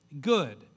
good